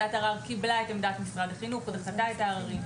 קיבלה את עמדת משרד החינוך ודחתה את הערר.